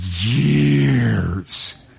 years